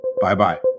Bye-bye